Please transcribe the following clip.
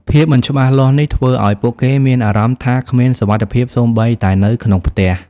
ភាពមិនច្បាស់លាស់នេះធ្វើឲ្យពួកគេមានអារម្មណ៍ថាគ្មានសុវត្ថិភាពសូម្បីតែនៅក្នុងផ្ទះ។